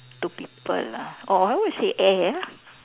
to people ah or I would say air